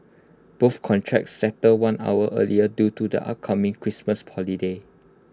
both contracts settled one hour early due to the upcoming Christmas holiday